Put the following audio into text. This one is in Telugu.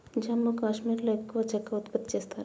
జమ్మూ కాశ్మీర్లో ఎక్కువ చెక్క ఉత్పత్తి చేస్తారు